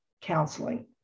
counseling